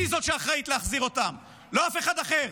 היא זאת שאחראית להחזיר אותם, ולא אף אחד אחר.